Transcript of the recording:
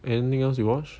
anything else you watch